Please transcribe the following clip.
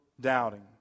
doubting